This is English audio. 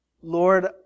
Lord